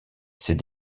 ses